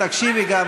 תקשיבי גם.